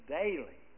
daily